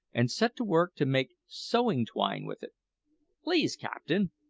and set to work to make sewing-twine with it please, captain,